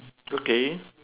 okay